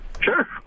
Sure